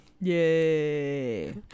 Yay